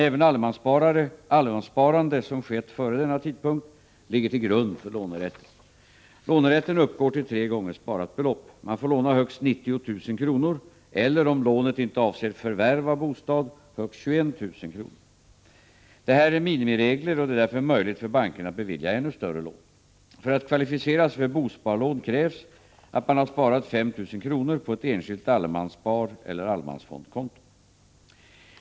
Även allemanssparande som skett före denna tidpunkt ligger till grund för lånerätten. Lånerätten uppgår till tre gånger sparat belopp. Man får låna högst 90 000 kr. eller, om lånet inte avser förvärv av bostad, högst 21 000 kr. Detta är minimiregler, och det är därför möjligt för bankerna att bevilja ännu större lån. För att kvalificera sig för bosparlån krävs att man har sparat 5 000 kr. på ett enskilt allemansspareller allemansfondkonto.